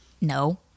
No